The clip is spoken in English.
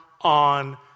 on